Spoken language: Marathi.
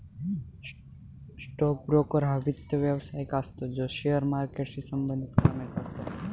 स्टोक ब्रोकर हा वित्त व्यवसायिक असतो जो शेअर मार्केटशी संबंधित कामे करतो